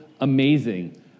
amazing